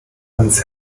ans